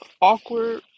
awkward